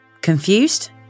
Confused